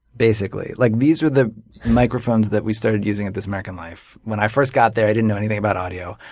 basically. like these are the microphones that we started using at this american life. when i first got there, i didn't know anything about audio.